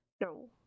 No